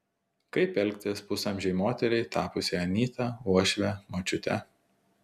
kaip elgtis pusamžei moteriai tapusiai anyta uošve močiute